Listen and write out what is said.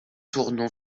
tournon